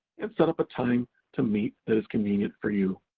and set up a time to meet that is convenient for you.